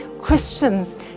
Christians